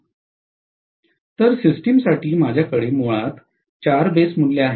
तर सिस्टमसाठी माझ्याकडे मुळात चार बेस मूल्ये आहेत